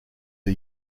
are